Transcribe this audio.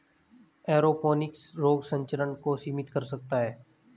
aeroponics रोग संचरण को सीमित कर सकता है